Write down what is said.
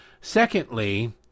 Secondly